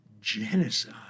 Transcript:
genocide